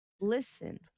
Listen